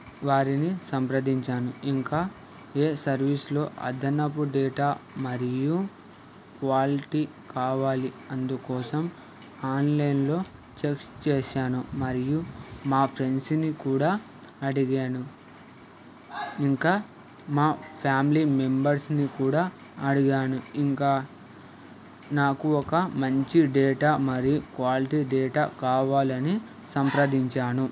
వారిని సంప్రదించాను ఇంకా ఏ సర్వీస్లో అదనపు డేటా మరియు క్వాలిటీకావాలి అందుకోసం ఆన్లైన్లో చెక్ చేశాను మరియు మా ఫ్రెండ్స్ని కూడా అడిగాను ఇంకా మా ఫ్యామిలీ మెంబర్స్ని కూడా అడిగాను ఇంకా నాకు ఒక మంచి డేటా మరియు క్వాలిటీ డేటా కావాలని సంప్రదించాను